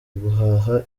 guhaha